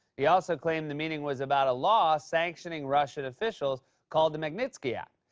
he also claimed the meeting was about a law sanctioning russian officials called the magnitsky act,